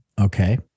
Okay